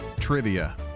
trivia